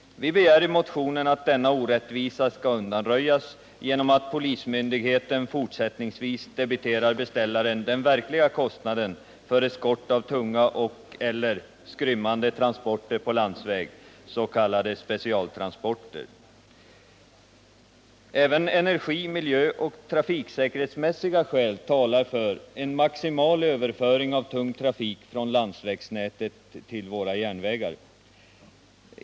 Vi begär i motionen att denna orättvisa skall undanröjas genom att polismyndigheten fortsättningsvis debiterar beställaren den verkliga kostnaden för eskort av tunga och/eller skrymmande transporter på landsväg, s.k. specialtransporter. Även energi-, miljöoch trafiksäkerhetsmässiga skäl talar för en maximal överföring av tung trafik från landsvägsnätet till våra järnvägar.